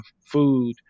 food